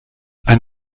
ein